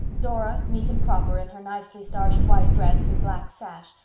dora, neat and proper, in her nicely starched white dress and black sash,